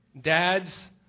Dads